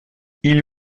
ils